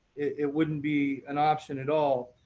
it wouldn't be an option at all,